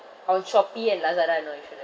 on Shopee and Lazada and all you shouldn't